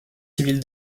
civile